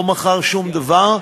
לא מכר שום דבר,